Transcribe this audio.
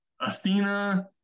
Athena